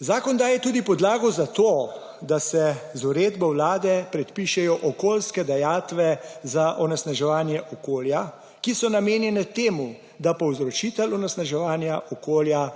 Zakon daje tudi podlago za to, da se z uredbo vlade predpišejo okoljske dajatve za onesnaževanje okolja, ki so namenjene temu, da povzročitelj onesnaževanja okolja